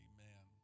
Amen